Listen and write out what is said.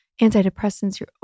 antidepressants